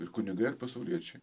ir kunigai ir pasauliečiai